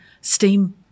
STEAM